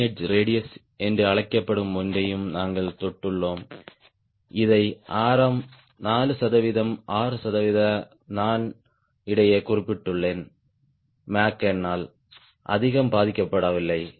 leading edge radius என்று அழைக்கப்படும் ஒன்றையும் நாங்கள் தொட்டுள்ளோம் இதை ஆரம் 4 சதவிகிதம் 6 சதவிகித நாண் இடையே குறிப்பிட்டுள்ளேன் மேக் நம்பர் அதிகம் பாதிக்கப்படவில்லை